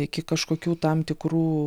iki kažkokių tam tikrų